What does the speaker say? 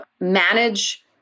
manage